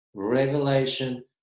revelation